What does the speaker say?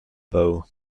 bow